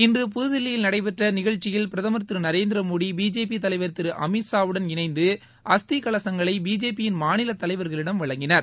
இன்று புதுதில்லியில் நடைபெற்ற நிகழ்ச்சியில் பிரதமர் திரு நரேந்திரமோடி பிஜேபி தலைவர் திரு அமீத்ஷாவுடன் இணைந்து அஸ்தி கலசங்களை பிஜேபியின் மாநில தலைவர்களிடம் வழங்கினர்